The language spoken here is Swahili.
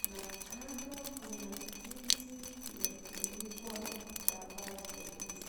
na kando kuna kiti kimefunikwa na kitambaa cheusi.